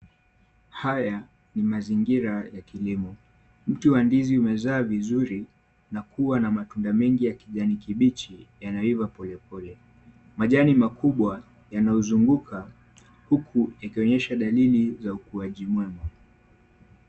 Haya ni mazingira ya kilimo, mti wa ndizi umezaa vizuri na kuwa na matunda mengi ya kijani kibichi yanaova polepole. Majani makubwa yanauzunguka huku yakionyesha dalili za ukuaji mwema.